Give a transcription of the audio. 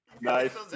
nice